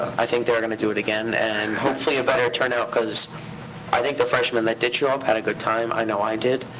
i think they're gonna do it again, and hopefully a better turnout, cause i think the freshmen that did show up had a good time. i know i did.